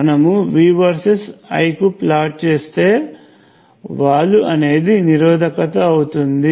మనము V versus I కు plot చేస్తే వాలు అనేది నిరోధకత అవుతుంది